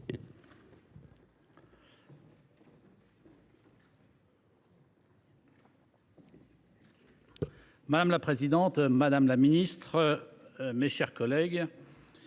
Madame la présidente, madame la ministre, mes chers collègues,